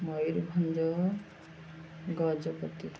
Mayurbhanj Gajapati